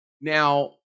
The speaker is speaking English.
Now